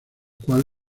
cual